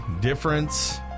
difference